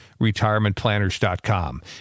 retirementplanners.com